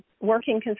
working